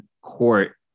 court